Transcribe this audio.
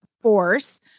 force